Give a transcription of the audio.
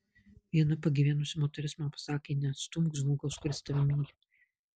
viena pagyvenusi moteris man pasakė neatstumk žmogaus kuris tave myli